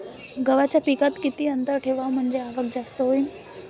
गव्हाच्या पिकात किती अंतर ठेवाव म्हनजे आवक जास्त होईन?